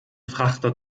frachter